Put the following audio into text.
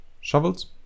shovels